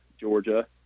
Georgia